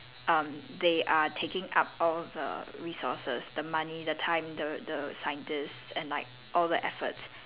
um they are taking up all the resources the money the time the the scientists and like all the efforts